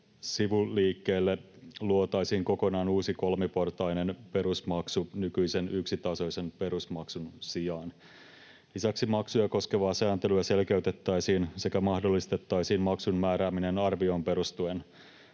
Eta-sivuliikkeille luotaisiin kokonaan uusi kolmiportainen perusmaksu nykyisen yksitasoisen perusmaksun sijaan. Lisäksi maksuja koskevaa sääntelyä selkeytettäisiin sekä mahdollistettaisiin maksun määrääminen arvioon perustuen.